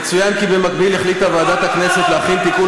היושבת-ראש, תוציאי אותו,